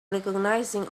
recognizing